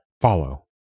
follow